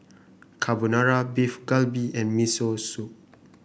Carbonara Beef Galbi and Miso Soup